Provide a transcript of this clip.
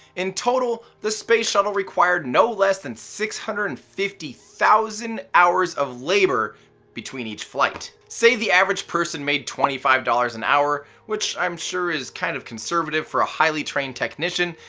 in total, the space shuttle required no less than six hundred and fifty thousand hours of labor between each flight. say the average person made twenty five dollars an hour, which i'm sure is kind of conservative for a highly trained technician,